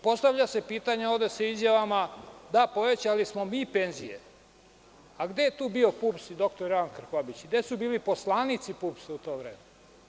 Postavlja se pitanje ovde sa izjavama – da, povećali smo mi penzije, a gde je tu bio PUPS i dr Jovan Krkobabić, gde su bili poslanici PUPS u to vreme?